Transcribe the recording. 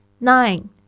Nine